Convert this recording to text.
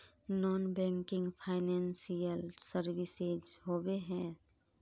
Non banking financial services होबे है?